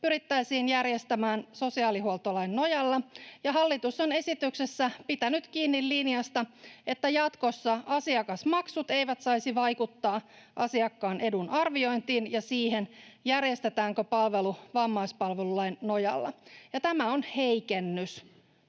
pyrittäisiin järjestämään sosiaalihuoltolain nojalla, ja hallitus on esityksessä pitänyt kiinni linjasta, että jatkossa asiakasmaksut eivät saisi vaikuttaa asiakkaan edun arviointiin ja siihen, järjestetäänkö palvelu vammaispalvelulain nojalla. Ja tämä on heikennys